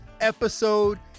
episode